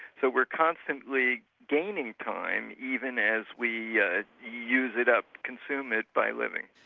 so we're constantly gaining time even as we use it up, consume it by living.